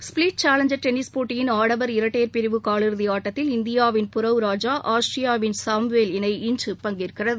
split Challenger tennis போட்டியின் ஆடவர் இரட்டையர் பிரிவு காலிறுதி ஆட்டத்தில் இந்தியாவின் புரவ் ராஜா ஆஸ்திரியாவின் சாம்வேல் இணை இன்று பங்கேற்கிறது